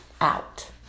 out